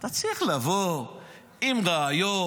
אתה צריך לבוא עם ראיות,